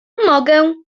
mogę